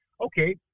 Okay